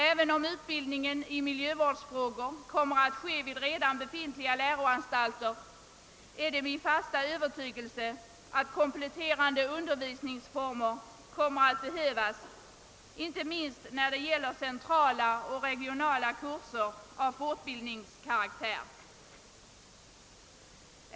även om utbildningen i miljövårdsfrågor kommer att ske vid redan befintliga läroanstalter, är det min fasta övertygelse att kompletterande <:undervisningsformer kommer att behövas, inte minst i fråga om centrala och regionala kurser av fortbildningskaraktär.